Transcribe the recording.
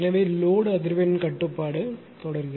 எனவே லோடு அதிர்வெண் கட்டுப்பாடு தொடரும்